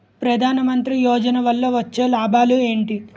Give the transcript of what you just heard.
ప్రధాన మంత్రి యోజన వల్ల వచ్చే లాభాలు ఎంటి?